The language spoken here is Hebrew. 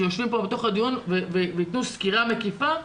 הם יושבים כאן בדיון ויתנו סקירה מקיפה.